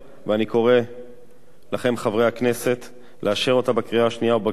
ואני קורא לחברי הכנסת לאשר אותה בקריאה השנייה ובקריאה השלישית.